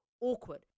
awkward